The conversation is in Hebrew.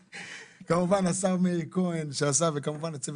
כמובן השר מאיר כהן שעשה וכמובן עיצב